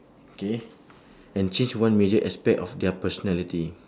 K and change one major aspect of their personality